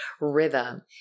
rhythm